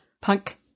Punk